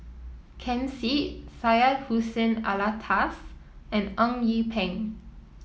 Ken Seet Syed Hussein Alatas and Eng Yee Peng